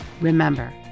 Remember